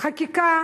חקיקה